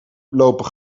lopen